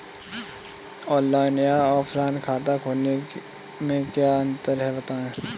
Online या offline खाता खोलने में क्या अंतर है बताएँ?